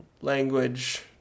language